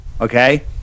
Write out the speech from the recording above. okay